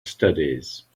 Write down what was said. studies